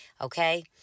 Okay